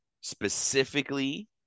specifically